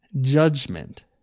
judgment